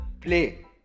play